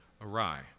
awry